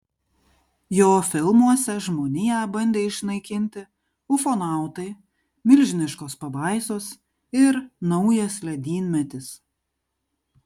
jo filmuose žmoniją bandė išnaikinti ufonautai milžiniškos pabaisos ir naujas ledynmetis